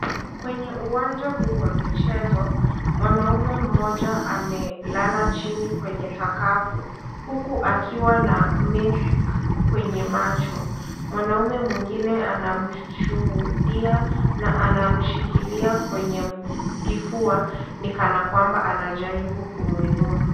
Kwenye uwanja wa michezo, mwanaume mmoja amelala chini kwenye sakafu. huku akiwa na maski kwenye macho. Mwanaume mungine anashuhudia na anashikilia kwenye kifua. Ni kana kwamba anajaribu kumuinua.